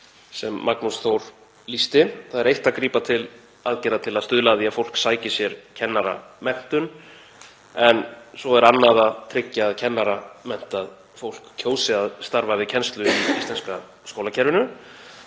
sem Magnús Þór lýsti. Það er eitt að grípa til aðgerða til að stuðla að því að fólk sæki sér kennaramenntun, en svo er annað að tryggja að kennaramenntað fólk kjósi að starfa við kennslu í íslenska skólakerfinu.